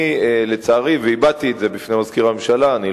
אני, לצערי, והבעתי את זה בפני מזכיר הממשלה, אני